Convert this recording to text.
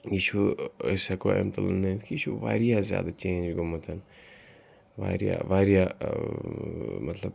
یہِ چھُ أسۍ ہٮ۪کو اَمہِ تَلہٕ نٔنِتھ کہِ یہِ چھُ واریاہ زیادٕ چینٛج گوٚمُت واریاہ واریاہ مطلب